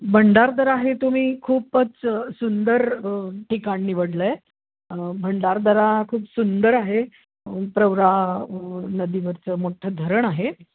भंडारदरा हे तुम्ही खूपच सुंदर ठिकाण निवडलं आहे भंडारदरा खूप सुंदर आहे प्रवरा नदीवरचं मोठं धरण आहे